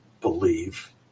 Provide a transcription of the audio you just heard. believe